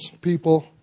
people